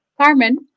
Carmen